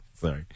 Sorry